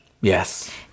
Yes